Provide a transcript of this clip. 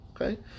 Okay